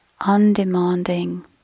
undemanding